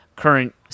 current